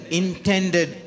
intended